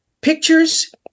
Pictures